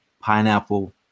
pineapple